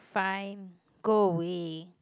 fine go away